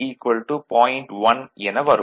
1 என வரும்